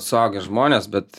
suaugę žmonės bet